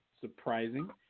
surprising